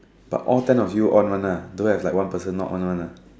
but all ten of you on [one] ah don't have like one person not on [one] ah